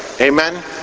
Amen